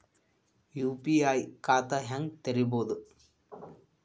UPI ಖಾತಾ ಹೆಂಗ್ ತೆರೇಬೋದು?